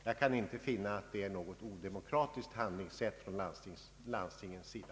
Jag kan inte finna att detta är ett odemokratiskt handlingssätt från landstingens sida.